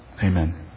Amen